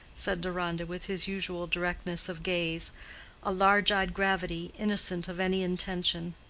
said deronda, with his usual directness of gaze a large-eyed gravity, innocent of any intention.